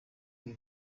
ibi